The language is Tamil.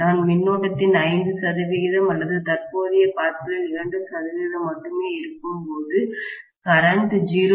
நான் மின்னோட்டத்தின் 5 சதவிகிதம் அல்லது தற்போதைய பாய்ச்சலில் 2 சதவிகிதம் மட்டுமே இருக்கும்போது கரன்ட் 0